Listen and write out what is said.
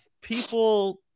people